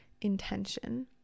intention